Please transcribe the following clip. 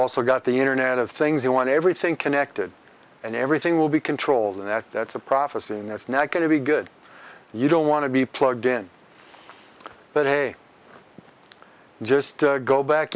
also got the internet of things they want everything connected and everything will be controlled and that's a prophecy and that's not going to be good you don't want to be plugged in but hey just go back